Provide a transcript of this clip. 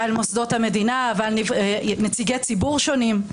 ועל מוסדות המדינה ועל נציגי ציבור שונים.